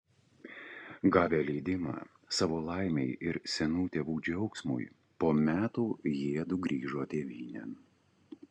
gavę leidimą savo laimei ir senų tėvų džiaugsmui po metų jiedu grįžo tėvynėn